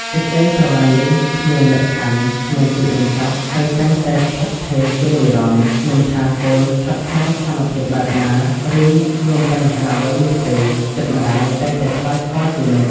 សេចក្ដីស្រឡាញ់នេះគ្មានលក្ខខណ្ឌ គ្មានទីបញ្ចប់ ហើយតែងតែស្ថិតស្ថេរជានិរន្តរ៍។ មិនថា កូនស្ថិតក្នុងស្ថានភាពបែបណា ឬមានបញ្ហាអ្វីនោះទេ ចិត្តម្ដាយតែងតែខ្វាយខ្វល់ជានិច្ច។